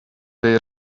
they